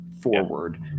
forward